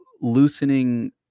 loosening